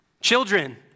children